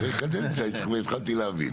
אחרי קדנציה כבר התחלתי להבין.